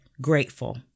grateful